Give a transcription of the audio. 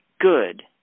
good